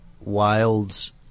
wilds